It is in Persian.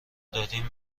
دارین